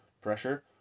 pressure